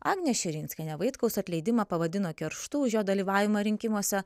agnė širinskienė vaitkaus atleidimą pavadino kerštu už jo dalyvavimą rinkimuose